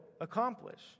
accomplish